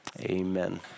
Amen